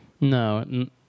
No